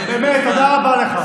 אני יודע בדיוק מה הוא עשה,